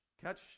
catch